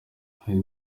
hari